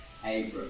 Abram